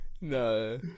no